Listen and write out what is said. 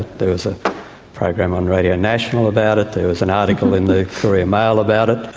there was a program on radio national about it, there was an article in the courier mail about it,